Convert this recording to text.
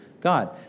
God